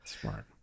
Smart